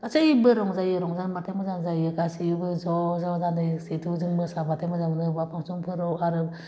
गासैबो रंजायो रंजानो मोनबाथाय मोजां जायो गासैजो ज' ज' जालायो सिद'जन मोसाबाथाय मोजां नुयो मा फांसनफोराव आरो